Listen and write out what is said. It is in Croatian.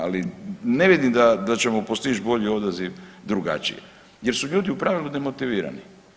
Ali ne vidim da ćemo postići bolji odaziv drugačije, jer su ljudi u pravilu demotivirani.